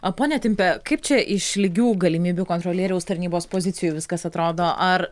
a ponia timpe kaip čia iš lygių galimybių kontrolieriaus tarnybos pozicijų viskas atrodo ar